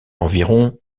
environ